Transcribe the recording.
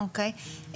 אוקיי.